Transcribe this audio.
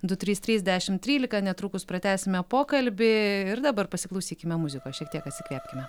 du trys trys dešimt trylika netrukus pratęsime pokalbį ir dabar pasiklausykime muzikos šiek tiek atsikvėpkime